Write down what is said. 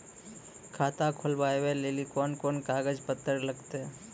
खाता खोलबाबय लेली कोंन कोंन कागज पत्तर लगतै?